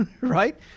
right